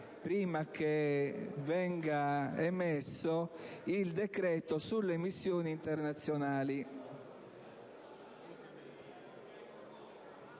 prima che venga emesso, il decreto sulle missioni internazionali.